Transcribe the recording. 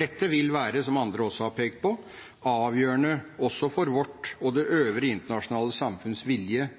Dette vil, som andre også har pekt på, være avgjørende for vårt og det